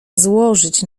złożyć